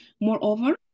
Moreover